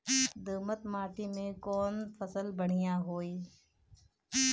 दोमट माटी में कौन फसल बढ़ीया होई?